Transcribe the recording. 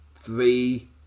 three